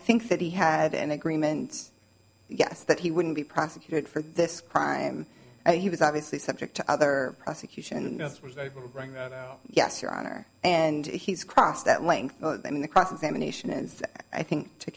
think that he had an agreement yes that he wouldn't be prosecuted for this crime and he was obviously subject to other prosecution yes your honor and he's crossed that link in the cross examination is i think to